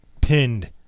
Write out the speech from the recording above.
pinned